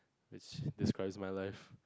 it's describe my life